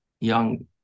young